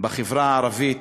של החברה הערבית,